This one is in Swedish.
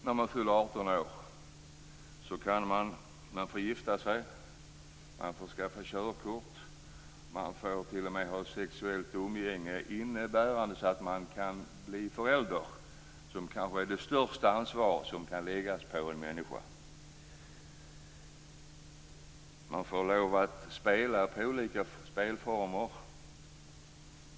När man fyller 18 år får man i dag gifta sig, skaffa körkort och t.o.m. ha sexuellt umgänge innebärandes att man kan bli förälder, vilket kanske är det största ansvar som kan läggas på en människa. Man får lov att spela på olika spelformer.